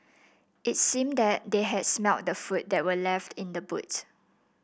it seemed that they had smelt the food that were left in the boot